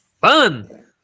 fun